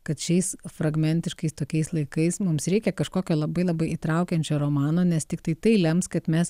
kad šiais fragmentiškais tokiais laikais mums reikia kažkokio labai labai įtraukiančio romano nes tiktai tai lems kad mes